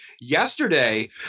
yesterday